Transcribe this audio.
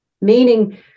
meaning